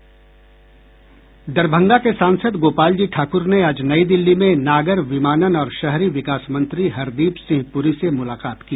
दरभंगा के सांसद गोपाल जी ठाक्र ने आज नई दिल्ली में नागर विमानन और शहरी विकास मंत्री हरदीप सिंह प्ररी से मुलाकात की